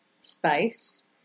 space